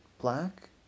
black